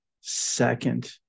second